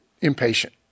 impatient